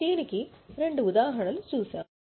దీనికి రెండు ఉదాహరణలు చూశాము